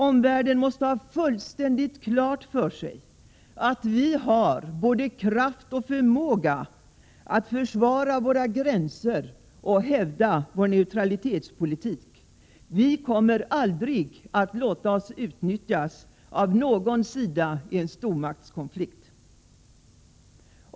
Omvärlden måste ha fullständigt klart för sig att vi har både kraft och förmåga att försvara våra gränser och att hävda vår neutralitetspolitik. Vi kommer aldrig att låta oss utnyttjas av någon sida i en stormaktskonflikt.